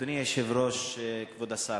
אדוני היושב-ראש כבוד השר,